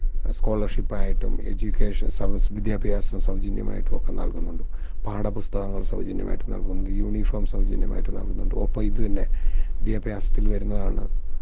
സ്കോളര്ഷിപ്പായിട്ടും education വിദ്യാഭ്യാസം സൗജന്യമായിട്ടും ഒക്കെ നല്കുന്നുണ്ട് പാഠപുസ്തകങ്ങള് സൗജന്യമായിട്ട് നല്കുന്നുണ്ട് യൂണിഫോം സൗജന്യമായിട്ട് നല്കുന്നുണ്ട് ഒപ്പം ഇത് തന്നെ വിദ്യാഭ്യാസത്തില് വരുന്നതാണ്